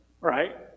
right